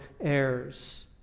heirs